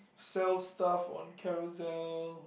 sell stuff on Carousell